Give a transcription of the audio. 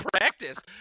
practice